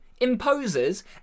imposes